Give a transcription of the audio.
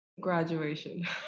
graduation